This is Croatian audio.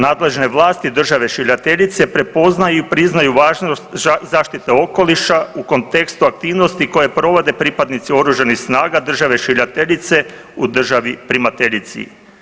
Nadležne vlasti države šiljateljice prepoznaju i priznaju važnost zaštite okoliša u kontekstu aktivnosti koje provode pripadnici OS-a države šiljateljice u državi primateljici.